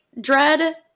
dread